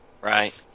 Right